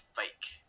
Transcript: fake